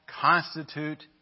constitute